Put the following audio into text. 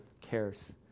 cares